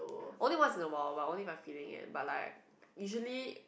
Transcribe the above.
only once in awhile only when I'm feeling it but usually